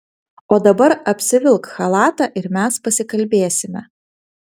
o dabar apsivilk chalatą ir mes pasikalbėsime